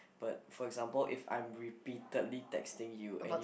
but for example if I'm repeatedly texting you and you